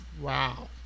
wow